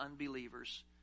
unbelievers